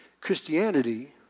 Christianity